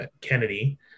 Kennedy